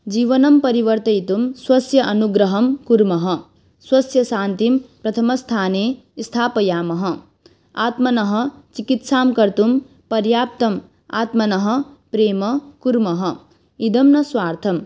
जीवनं परिवर्तयितुं स्वस्य अनुग्रहं कुर्मः स्वस्य शान्तिं प्रथमस्थाने स्थापयामः आत्मनः चिकित्सां कर्तुं पर्याप्तम् आत्मनः प्रेम कुर्मः इदं न स्वार्थं